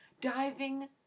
diving